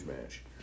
match